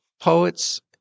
poets